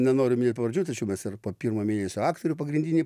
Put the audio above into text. nenoriu minėt pavardžių tačiau mes ir po pirmo mėnesio aktorių pagrindinį